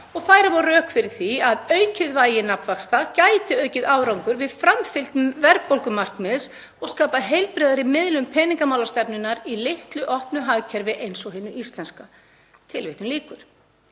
og færa má rök fyrir því að aukið vægi nafnvaxta gæti aukið árangur við framfylgd verðbólgumarkmiðs og skapað heilbrigðari miðlun peningamálastefnunnar í litlu opnu hagkerfi eins og hinu íslenska.“ Í ljósi